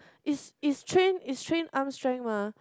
is is train is train arm strength mah